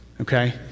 okay